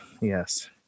Yes